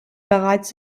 bereits